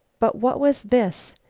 but what was this?